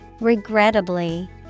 Regrettably